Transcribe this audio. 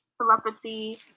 Telepathy